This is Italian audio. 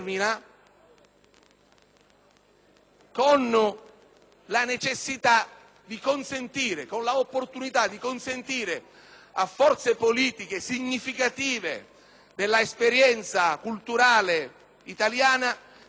*bipartisan* determina, e l'opportunità di consentire a forze politiche significative dell'esperienza culturale italiana di essere presenti